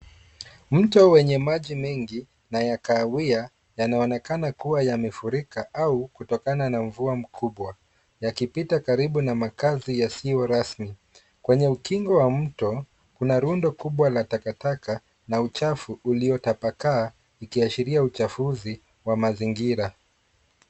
Mto wenye maji mengi na ya kahawia, yanaonekana kuwa yamefurika au kutokana na mvua kubwa, yakipita karibu na makazi yasiyo rasmi. Kwenye ukingo wa mto, kuna rundo kubwa la takataka na uchafu uliotapakaa, ikiashiria uchafuzi wa mazingira.